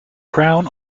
crown